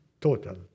total